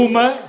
Uma